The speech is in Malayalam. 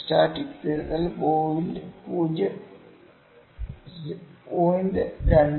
സ്റ്റാറ്റിക് തിരുത്തൽ 0